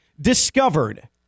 discovered